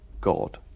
God